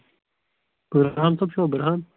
بُرہان صٲب چھُوا بُرہان